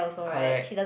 correct